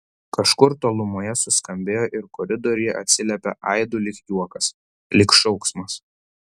kažkur tolumoje suskambėjo ir koridoriuje atsiliepė aidu lyg juokas lyg šauksmas